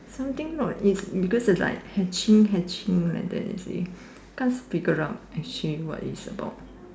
something no it's because it's like hatching hatching like that you see cause we got to hatching what it's about